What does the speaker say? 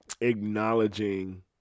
acknowledging